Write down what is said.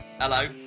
Hello